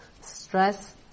stress